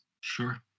Sure